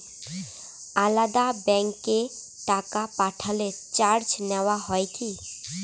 আলাদা ব্যাংকে টাকা পাঠালে চার্জ নেওয়া হয় কি?